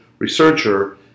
Researcher